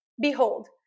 Behold